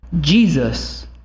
Jesus